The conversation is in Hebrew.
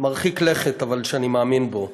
מרחיק לכת, אבל אני מאמין בו: